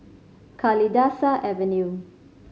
Kalidasa Avenue